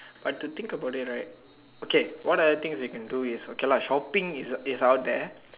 but to think about it right okay what other things you can do is okay lah shopping is is out there